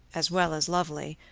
as well as lovely,